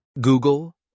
Google